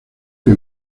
que